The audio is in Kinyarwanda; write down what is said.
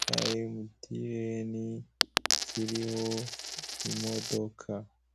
cya emutiyeni, kiriho imodoka.